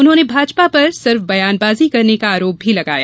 उन्होंने भाजपा पर सिर्फ बयानबाजी करने का आरोप भी लगाया